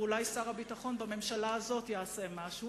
ואולי שר הביטחון בממשלה הזאת יעשה משהו.